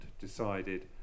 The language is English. decided